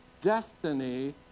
destiny